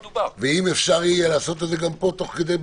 ואם אפשר יהיה לעשות את זה גם פה תוך כדי,